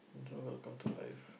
it's all gonna come to life